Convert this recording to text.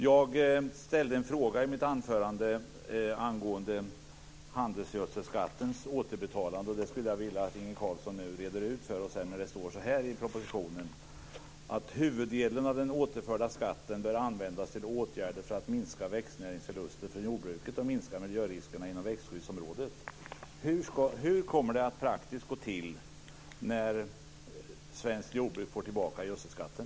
Jag ställde en fråga i mitt anförande om handelsgödselskattens återbetalande, och jag skulle vilja att Inge Carlsson nu reder ut för oss när det står så här i propositionen: "Huvuddelen av den återförda skatten bör användas till åtgärder för att minska växtnäringsförluster från jordbruket och minska miljöriskerna inom växtskyddsområdet." Hur kommer det att praktiskt gå till när svenskt jordbruk får tillbaka gödselskatten?